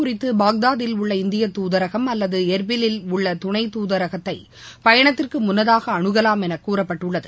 குறித்தபாக்தாதில் உள்ள இந்திய தூதரகம் அல்லதுளர்பிலில் உள்ளதுணை பயணம் தூதரகத்தைபயணத்திற்குமுன்னதாகஅனுகலாம் எனகூறப்பட்டுள்ளது